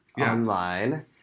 online